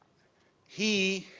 he